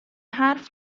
حرف